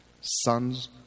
Sons